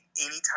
anytime